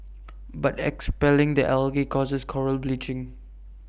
but expelling the algae causes Coral bleaching